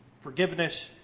Forgiveness